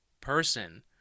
person